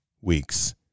weeks